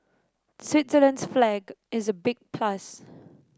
Switzerland's flag is a big plus